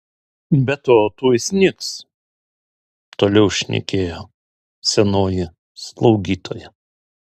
be to tuoj snigs toliau šnekėjo senoji slaugytoja